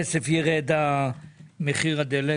מתכננים להביא --- בכמה כסף ירד מחיר הדלק?